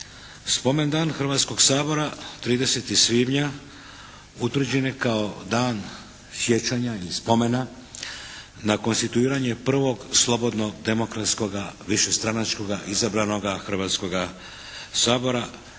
Spomen dan Hrvatskog sabora 30. svibnja utvrđen je kao dan sjećanja i spomena na konstituiranje prvog slobodnog demokratskoga višestranačkoga izabranoga Hrvatskoga sabora,